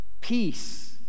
peace